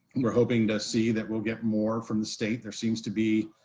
we're hoping to see that we'll get more from the state. there seems to be